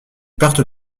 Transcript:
pertes